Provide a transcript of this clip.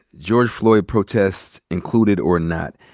george floyd protests included or not,